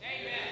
Amen